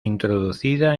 introducida